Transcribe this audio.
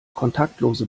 kontaktlose